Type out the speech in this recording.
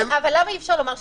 למה אי אפשר לומר שטעינו?